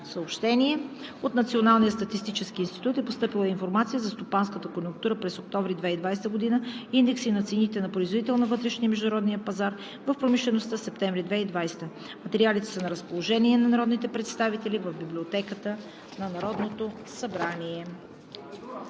съвет. От Националния статистически институт е постъпила Информация за стопанската конюнктура през октомври 2020 г.; Индекси на цените на производител на вътрешния и международния пазар в промишлеността – месец септември 2020 г. Материалите са на разположение на народните представители в Библиотеката на Народното събрание.